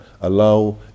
allow